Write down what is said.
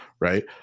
right